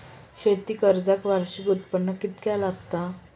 शेती कर्जाक वार्षिक उत्पन्न कितक्या लागता?